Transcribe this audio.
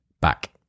back